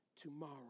tomorrow